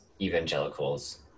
evangelicals